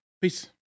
peace